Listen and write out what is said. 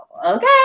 Okay